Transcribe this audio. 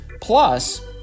plus